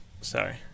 Sorry